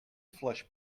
flesh